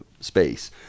space